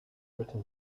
written